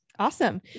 Awesome